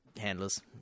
Handlers